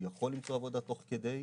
הוא יכול למצוא עבודה תוך כדי.